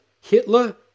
Hitler